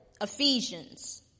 Ephesians